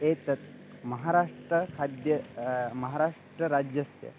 एतत् महाराष्ट्रखाद्यं महाराष्ट्रराज्यस्य